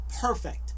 perfect